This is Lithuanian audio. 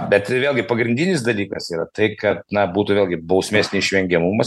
bet vėlgi pagrindinis dalykas yra tai kad na būtų vėlgi bausmės neišvengiamumas